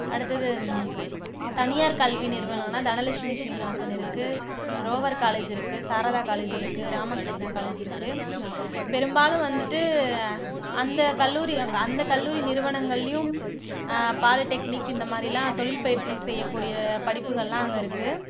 அடுத்தது தனியார் கல்வி நிறுவனம்னா தனலக்ஷ்மி சீனிவாசன் இருக்குது ரோவர் காலேஜ் இருக்குது சாரதா காலேஜ் இருக்குது ராமகிருஷ்ணா காலேஜ் இருக்குது பெரும்பாலும் வந்துட்டு அந்த கல்லூரி அந்த கல்லூரி நிறுவனங்கள்லேயும் பாலிடெக்னிக் இந்தமாதிரில்லாம் தொழில் பயிற்சி செய்யக்கூடிய படிப்புகள்லாம் அங்கே இருக்குது